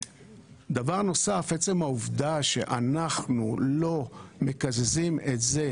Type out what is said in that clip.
עצם העובדה שאנחנו לא מקזזים את זה